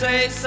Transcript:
Say